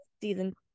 season